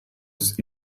ist